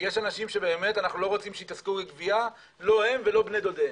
יש אנשים שאנחנו לא רוצים שיתעסקו בגבייה - לא הם ולא בני דודיהם.